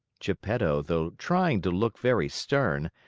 geppetto, though trying to look very stern,